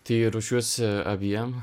tai ruošiuosi abiem